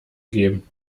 geben